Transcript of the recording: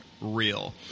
real